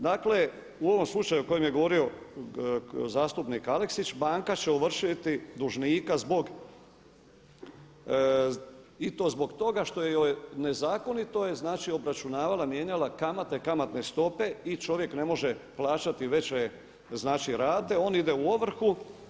Dakle u ovom slučaju o kojem je govorio zastupnik Aleksić, banka će ovršiti dužnika zbog i to zbog toga što joj nezakonito je obračunavala mijenjala kamate, kamatne stope i čovjek ne može plaćati veće rate, on ide u ovrhu.